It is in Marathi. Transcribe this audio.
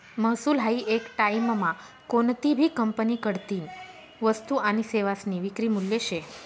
महसूल हायी येक टाईममा कोनतीभी कंपनीकडतीन वस्तू आनी सेवासनी विक्री मूल्य शे